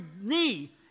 knee